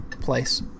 place